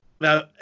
now